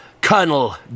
Colonel